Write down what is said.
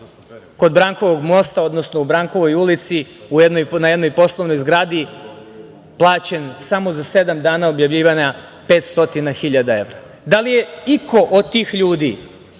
kod Brankovog mosta, odnosno u Brankovoj ulici na jednoj poslovnoj zgradi plaćen samo za sedam dana objavljivanja 500 hiljada evra. Da li je iko od tih ljudi